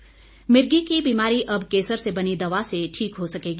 केसर मिर्गी की बीमारी अब केसर से बनी दवा से ठीक हो सकेगी